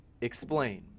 Explain